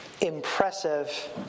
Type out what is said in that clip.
impressive